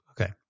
Okay